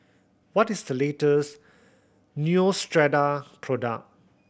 what is the latest Neostrata product